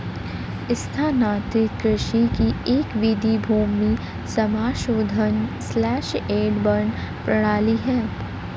स्थानांतरित कृषि की एक विधि भूमि समाशोधन स्लैश एंड बर्न प्रणाली है